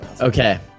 Okay